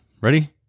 ready